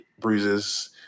Bruises